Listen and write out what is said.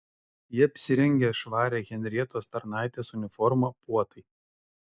ji apsirengė švarią henrietos tarnaitės uniformą puotai